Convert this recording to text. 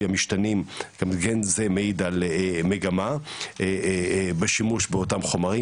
המשתנים גם כן זה מעיד על מגמה בשימוש באותם חומרים,